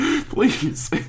Please